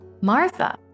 Martha